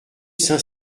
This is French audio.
saint